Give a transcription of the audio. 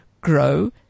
grow